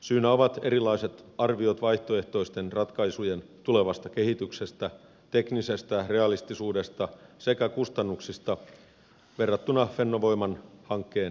syynä ovat erilaiset arviot vaihtoehtoisten ratkaisujen tulevasta kehityksestä teknisestä realistisuudesta sekä kustannuksista verrattuna fennovoiman hankkeen järkevyyteen